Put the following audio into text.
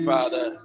Father